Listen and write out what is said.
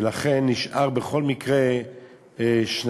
ולכן נשארו בכל מקרה שנתיים,